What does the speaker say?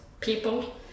people